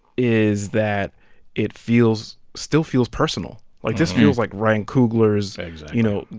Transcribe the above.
is that it feels still feels personal. like, this feels like ryan coogler is. exactly. you know,